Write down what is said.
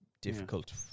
difficult